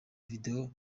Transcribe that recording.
video